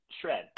shred